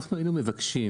אנחנו מבקשים